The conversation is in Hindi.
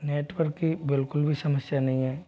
नेटवर्क की बिलकुल भी समस्या नहीं है